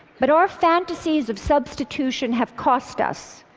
but our fantasies of substitution have cost us.